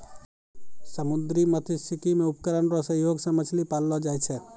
समुन्द्री मत्स्यिकी मे उपकरण रो सहयोग से मछली पाललो जाय छै